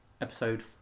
episode